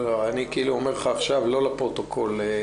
אני אומר לך עכשיו לא לפרוטוקול.